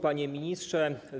Panie Ministrze!